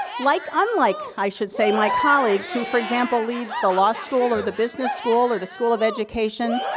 like unlike, i should say, my colleagues, who for example lead the law school, or the business school, or the school of education,